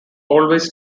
always